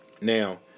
Now